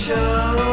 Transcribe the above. show